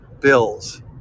bills